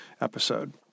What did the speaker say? episode